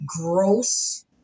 gross